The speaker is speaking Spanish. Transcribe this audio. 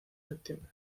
septiembre